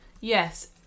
Yes